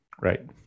Right